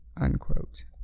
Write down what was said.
unquote